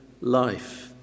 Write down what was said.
life